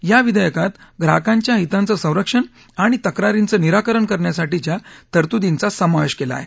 या विधेयकात ग्राहकांच्या हितांचं संरक्षण आणि तक्रारींचं निराकरण करण्यासाठीच्या तरतुदींचा समावेश केला आहे